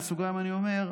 בסוגריים אני אומר,